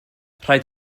rhaid